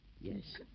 Yes